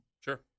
Sure